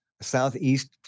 Southeast